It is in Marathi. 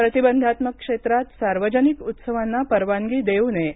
प्रतिबंधात्मक क्षेत्रात सार्वजनिक उत्सवांना परवानगी देऊ नये